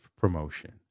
promotion